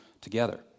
together